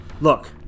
Look